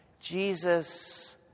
Jesus